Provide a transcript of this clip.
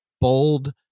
bold